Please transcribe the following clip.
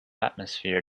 atmosphere